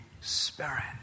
Spirit